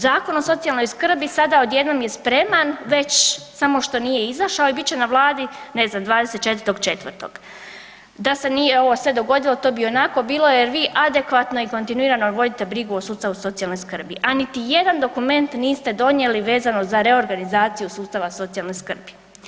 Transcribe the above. Zakon o socijalnoj skrbi sada odjednom je spreman već samo što nije izašao i bit će na Vladi, ne znam 24.4., da se nije ovo sve dogodilo to bi i onako bilo jer vi adekvatno i kontinuirano vodite brigu o sustavu socijalne skrbi, a niti jedan dokument niste donijeli vezano za reorganizaciju sustava socijalne skrbi.